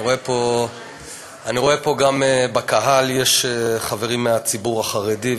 אני רואה פה שגם בקהל יש חברים מהציבור החרדי,